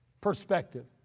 perspective